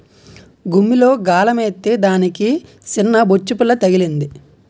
గుమ్మిలో గాలమేత్తే దానికి సిన్నబొచ్చుపిల్ల తగిలింది